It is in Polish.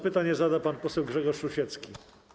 Pytanie zada pan poseł Grzegorz Rusiecki.